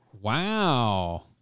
Wow